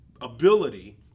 ability